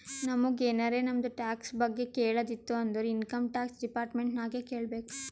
ನಮುಗ್ ಎನಾರೇ ನಮ್ದು ಟ್ಯಾಕ್ಸ್ ಬಗ್ಗೆ ಕೇಳದ್ ಇತ್ತು ಅಂದುರ್ ಇನ್ಕಮ್ ಟ್ಯಾಕ್ಸ್ ಡಿಪಾರ್ಟ್ಮೆಂಟ್ ನಾಗೆ ಕೇಳ್ಬೇಕ್